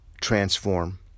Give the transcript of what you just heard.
transform